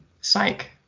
psych